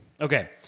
Okay